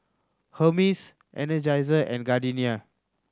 Hermes Energizer and Gardenia